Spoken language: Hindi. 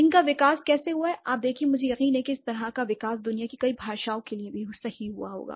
इनका विकास कैसे हुआ है आप देखिए मुझे यकीन है कि इस तरह का विकास दुनिया की कई भाषाओं के लिए भी सही होगा